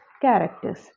characters